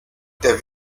der